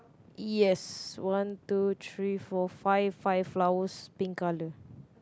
yes one two three four five five flowers pink colour